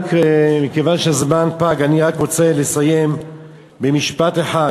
מכיוון שהזמן פג, אני רק רוצה לסיים במשפט אחד.